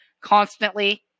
constantly